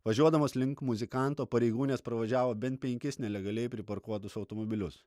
važiuodamas link muzikanto pareigūnės pravažiavo bent penkis nelegaliai pritarkuotus automobilius